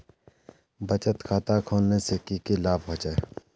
बचत खाता खोलने से की की लाभ होचे?